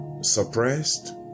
Suppressed